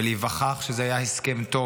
ולהיווכח שזה היה הסכם טוב.